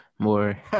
More